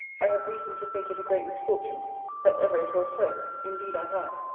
i have reason to think it a great misfortune that ever it was so indeed i have.